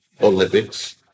Olympics